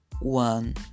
one